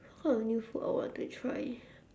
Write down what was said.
what kind of new food I want to try